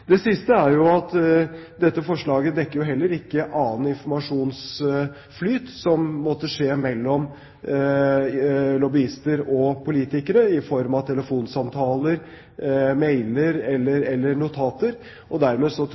Det siste er at dette forslaget heller ikke dekker annen informasjonsflyt som måtte skje mellom lobbyister og politikere i form av telefonsamtaler, mailer eller notater. Dermed